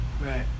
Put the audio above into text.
Right